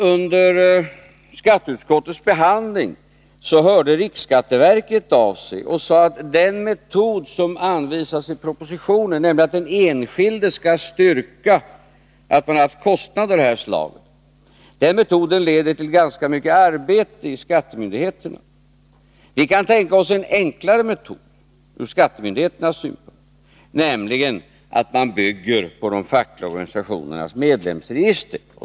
Under skatteutskottets behandling hörde riksskatteverket av sig och sade: Den metod som anvisas i propositionen, nämligen att den enskilde skall styrka att han haft kostnader av det här slaget, leder till ganska mycket arbete i skattemyndigheten. Vi kan tänka oss en enklare metod ur skattemyndig hetens synvinkel, nämligen att man bygger på de fackliga organisationernas medlemsregister.